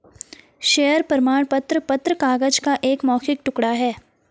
share प्रमाण पत्र कागज का एक भौतिक टुकड़ा है